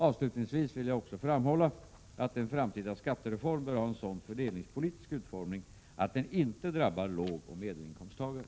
Avslutningsvis vill jag också framhålla, att en framtida skattereform bör ha en sådan fördelningspolitisk utformning att den inte drabbar lågoch medelinkomsttagare.